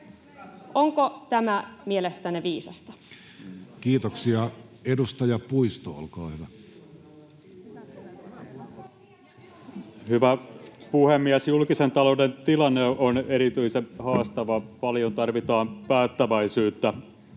Onko tämä mielestänne viisasta? Kiitoksia. — Edustaja Puisto, olkaa hyvä. Hyvä puhemies! Julkisen talouden tilanne on erityisen haastava. Paljon tarvitaan päättäväisyyttä